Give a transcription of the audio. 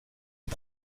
les